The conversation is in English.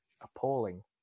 appalling